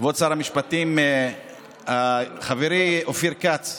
אדוני היושב-ראש, כבוד שר המשפטים, חברי אופיר כץ,